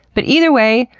but either way,